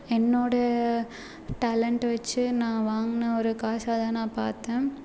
என்னோடய டேலண்ட் வச்சி நான் வாங்கின ஒரு காசாக தான் நான் பார்த்தேன்